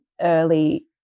early